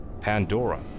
Pandora